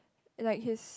and like his